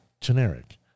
generic